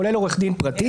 כולל עורך דין פרטי.